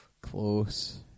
close